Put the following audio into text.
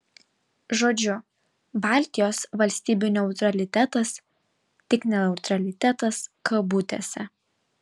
žodžiu baltijos valstybių neutralitetas tik neutralitetas kabutėse